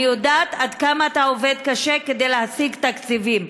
אני יודעת עד כמה אתה עובד קשה כדי להשיג תקציבים.